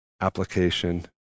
application